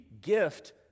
gift